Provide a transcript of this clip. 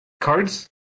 cards